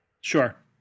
sure